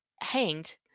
hanged